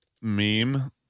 meme